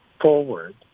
forward